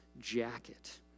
jacket